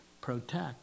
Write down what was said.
protect